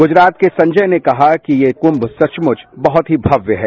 गुजरात के संजय ने कहा कि ये कुम्म सचमुच बहुत भव्य है